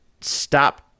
stop